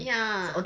ya